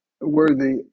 worthy